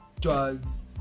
drugs